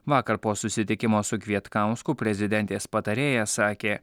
vakar po susitikimo su kvietkausku prezidentės patarėja sakė